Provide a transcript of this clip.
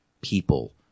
people